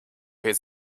his